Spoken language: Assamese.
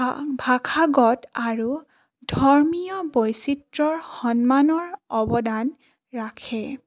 বা ভাষাগত আৰু ধৰ্মীয় বৈচিত্ৰ্যৰ সন্মানৰ অৱদান ৰাখে